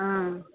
हँ